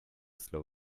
slow